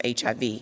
HIV